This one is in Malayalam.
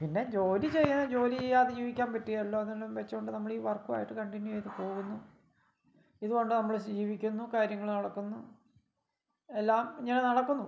പിന്നെ ജോലി ചെയ്യണം ജോലി ചെയ്യാതെ ജീവിക്കാൻ പറ്റില്ല എന്ന് വച്ച് കൊണ്ട് നമ്മൾ ഈ വർക്കുമായിട്ട് കണ്ടിന്യു ചെയ്തു പോവുന്നു ഇതുകൊണ്ട് നമ്മൾ ജീവിക്കുന്നു കാര്യങ്ങൾ നടക്കുന്നു എല്ലാം ഇങ്ങനെ നടക്കുന്നു